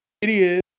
idiot